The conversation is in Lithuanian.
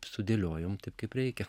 sudėliojom taip kaip reikia